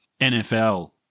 NFL